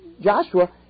Joshua